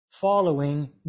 following